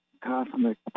cosmic